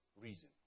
reason